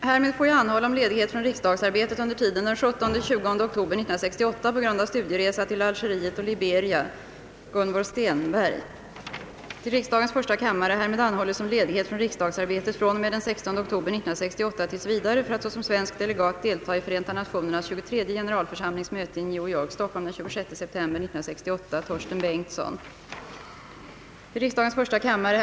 Jag vill fästa uppmärksamheten på att till kammarens ledamöter har utdelats bl.a. en preliminär plan för sammanträden under hösten och en plan för ärendenas fördelning under höstsessionen. Sessionen väntas pågå till och med fredagen den 13 december eller, om kamrarna genom skiljaktiga beslut den 13 gör det nödvändigt, till och med lördagen den 14. Med stöd av bifogade läkarintyg har jag härmed äran anhålla om tjänstledighet från riksdagsarbetet under i intyget angiven tid.